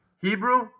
Hebrew